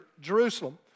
Jerusalem